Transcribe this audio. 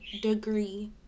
degree